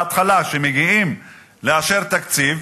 בהתחלה, כשמגיעים לאשר תקציב,